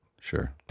Sure